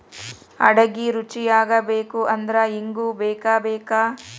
ಅಡಿಗಿ ರುಚಿಯಾಗಬೇಕು ಅಂದ್ರ ಇಂಗು ಬೇಕಬೇಕ